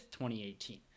2018